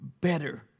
better